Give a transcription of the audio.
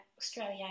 Australia